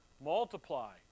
multiply